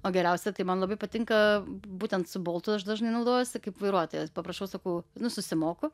o geriausia tai man labai patinka būtent su boltu aš dažnai naudojuosi kaip vairuotojas paprašau sakau nu susimoku